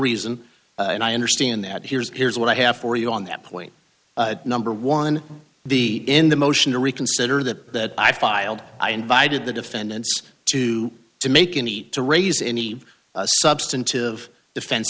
reason and i understand that here's here's what i have for you on that point number one the in the motion to reconsider that i filed i invited the defendants to to make an eat to raise any substantive defense